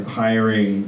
hiring